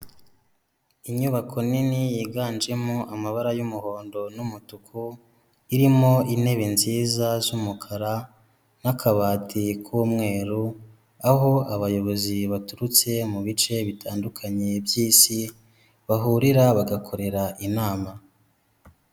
Inyubako nini yiganjemo amabara y'umuhondo n'umutuku, irimo intebe nziza z'umukara n'akabati k'umweru, aho abayobozi baturutse mu bice bitandukanye by'isi bahurira bagakorera inama.